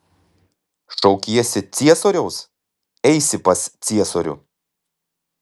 šaukiesi ciesoriaus eisi pas ciesorių